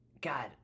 God